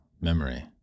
memory